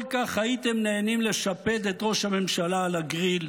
כל כך הייתם נהנים לשפד את ראש הממשלה על הגריל,